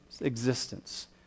existence